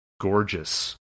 gorgeous